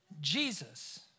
Jesus